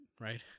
right